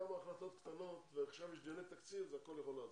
כמה החלטות קטנות ועכשיו יש דיוני תקציב אז הכול יכול להיעשות.